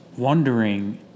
wondering